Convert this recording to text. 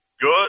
good